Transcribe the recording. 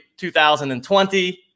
2020